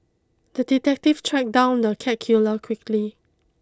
the detective tracked down the cat killer quickly